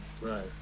right